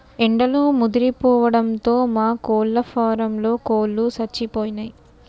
ఎండలు ముదిరిపోవడంతో మా కోళ్ళ ఫారంలో కోళ్ళు సచ్చిపోయినయ్